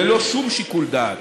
ללא שום שיקול דעת.